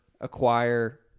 acquire